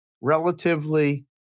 relatively